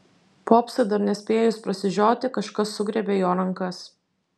popsui dar nespėjus prasižioti kažkas sugriebė jo rankas